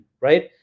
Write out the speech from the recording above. right